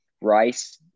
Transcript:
Rice